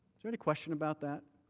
there any question about that?